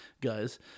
guys